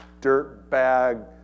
dirtbag